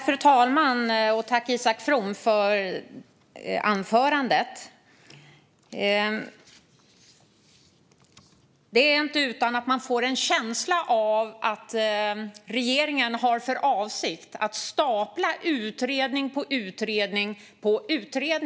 Fru talman! Tack, Isak From, för anförandet! Det är inte utan att man får en känsla av att regeringen har för avsikt att stapla utredning på utredning.